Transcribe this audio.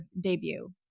debut